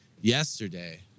yesterday